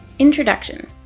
Introduction